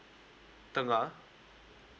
tengah